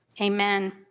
Amen